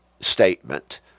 statement